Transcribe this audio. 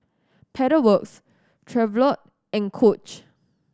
Pedal Works Chevrolet and Coach